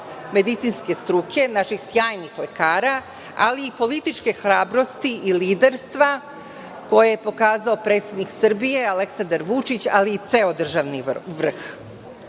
medicinske struke, naših sjajnih lekara, ali i političke hrabrosti i liderstva koje je pokazao predsednik Srbije, Aleksandar Vučić, ali i ceo državni vrh.Nije